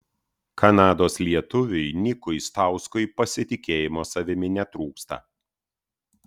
kanados lietuviui nikui stauskui pasitikėjimo savimi netrūksta